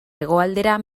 hegoaldera